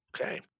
Okay